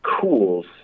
cools